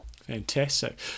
Fantastic